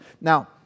Now